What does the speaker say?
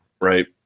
right